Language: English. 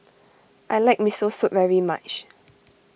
I like Miso Soup very much